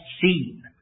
seen